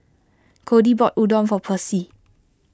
Codie bought Udon for Percy